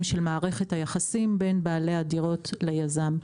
של מערכת היחסים בין בעלי הדירות ליזם.